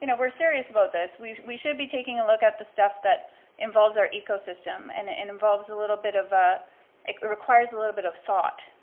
you know we're serious about this, we we should be taking a look at the stuff that involves our ecosystem and it and involves a little bit of, ah it requires a little bit of thought.